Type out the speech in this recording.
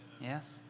Yes